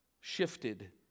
shifted